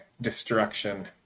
destruction